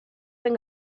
zen